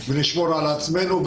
ונשמור על עצמנו.